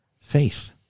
faith